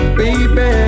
baby